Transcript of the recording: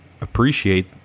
appreciate